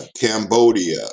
Cambodia